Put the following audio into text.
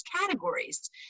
categories